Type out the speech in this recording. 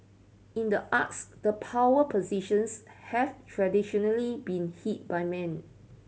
in the arts the power positions have traditionally been by men